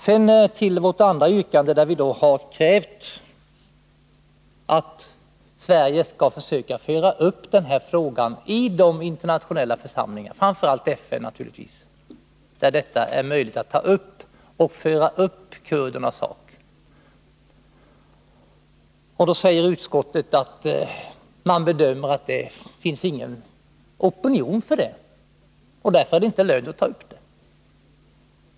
Sedan några ord om vårt andra yrkande, i vilket vi har krävt att Sverige skall försöka föra upp frågan i de internationella församlingarna, framför allt i FN naturligtvis, där det är möjligt att ta upp och föra fram kurdernas sak. Utskottet säger att man bedömer att det inte finns någon opinion för detta och därför är det inte lönt att ta upp frågan.